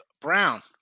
Brown